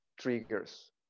triggers